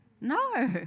No